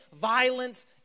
violence